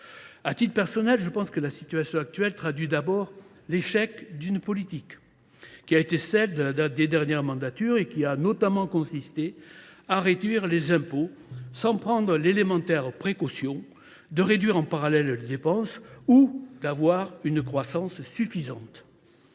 À titre personnel, je pense que la situation actuelle traduit d’abord l’échec d’une politique, qui a été celle des dernières mandatures et qui a notamment consisté à réduire les impôts sans prendre l’élémentaire précaution de réduire en parallèle les dépenses ou de s’assurer d’avoir une croissance suffisante.